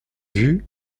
vue